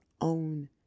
own